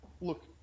look